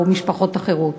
או משפחות אחרות.